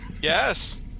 Yes